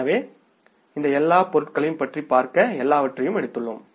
எனவே இந்த எல்லா பொருட்களையும் பற்றி பார்க்க எல்லாவற்றையும் எடுத்துள்ளோம்